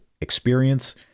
experience